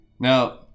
Now